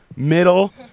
middle